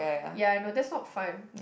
ya I know that's not fun